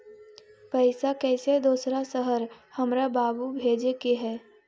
पैसा कैसै दोसर शहर हमरा बाबू भेजे के है?